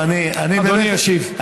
אדוני ישיב.